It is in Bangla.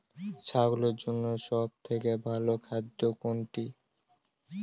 ছাগলের জন্য সব থেকে ভালো খাদ্য কোনটি?